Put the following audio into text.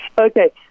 Okay